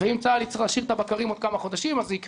אם צה"ל יצטרך להשאיר את הבקרים עוד כמה חודשים אז זה יקרה.